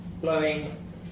blowing